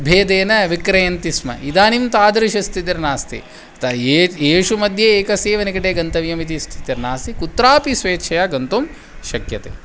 भेदेन विक्रयन्ति स्म इदानीं तादृशस्थितिर्नास्ति अतः यत् येषु मध्ये एकस्यैव निकटे गन्तव्यमिति स्थितिर्नास्ति कुत्रापि स्वेच्छया गन्तुं शक्यते